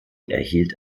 erhielt